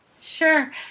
Sure